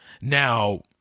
now